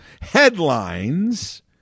headlines